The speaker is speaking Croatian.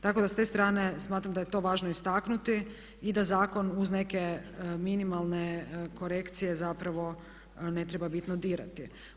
Tako da s te strane smatram da je to važno istaknuti i da zakon uz neke minimalne korekcije zapravo ne treba bitno dirati.